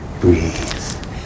breathe